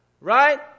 right